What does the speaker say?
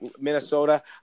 Minnesota